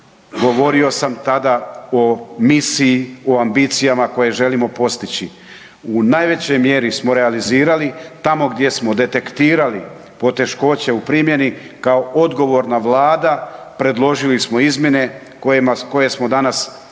Govorio sam tada o misiji, o ambicijama koje želimo postići. U najvećoj mjeri smo realizirali tamo gdje smo detektirali poteškoće u primjeni, kao odgovorna Vlada predložili smo izmjene koje smo danas ovdje